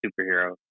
superhero